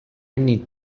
need